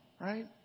right